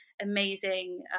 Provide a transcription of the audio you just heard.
amazing